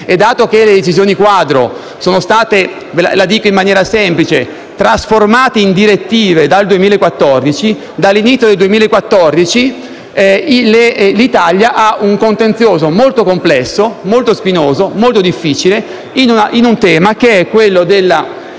E dato che le decisioni quadro sono state - la dico in maniera semplice - trasformate in direttive dal 2014, dall'inizio dal 2014 l'Italia ha un contenzioso molto complesso, molto spinoso, molto difficile, in tema di lotta